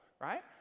right